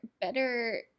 better